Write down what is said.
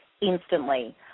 instantly